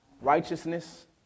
Righteousness